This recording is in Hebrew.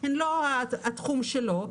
הם לא התחום שלו,